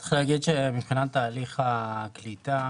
צריך להגיד שמבחינת תהליך הקליטה,